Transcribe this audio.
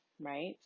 right